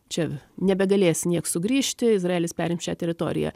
čia nebegalės nieks sugrįžti izraelis perims šią teritoriją